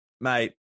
mate